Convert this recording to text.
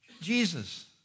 Jesus